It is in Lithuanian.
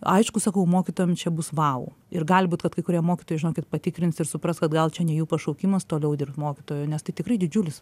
aišku sakau mokytojam čia bus vau ir gali būt kad kai kurie mokytojai žinokit patikrins ir supras kad gal čia ne jų pašaukimas toliau dirbti mokytoju nes tai tikrai didžiulis